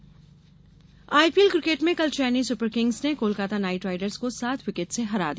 IPL IPL cricket में कल Chennai Super Kings ने कोलकाता नाइट राइडर्स को सात विकेट से हरा दिया